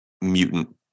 mutant